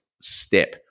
step